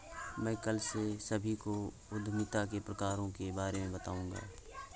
मैं कल से सभी को उद्यमिता के प्रकारों के बारे में बताऊँगा